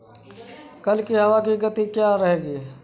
कल की हवा की गति क्या रहेगी?